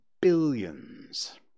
billions